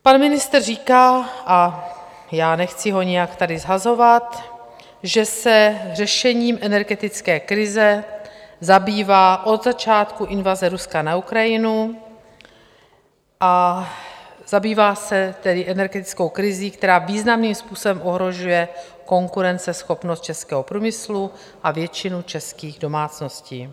Pan ministr říká, a já ho tady nechci nějak shazovat, že se řešením energetické krize zabývá od začátku invaze Ruska na Ukrajinu, a zabývá se tedy energetickou krizí, která významným způsobem ohrožuje konkurenceschopnost českého průmyslu a většinu českých domácností.